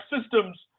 systems